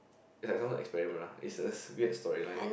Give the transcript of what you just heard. is like some experiment lah is is weird storyline